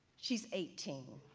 she's eighteen,